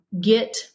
get